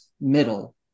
middle